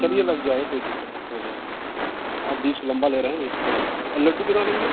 चलिए लग जाएगा कोई दिक्कत नही हो जाएगा आपका आप बीस को लम्बा ले रहे हैं लड्डू कितना लेंगे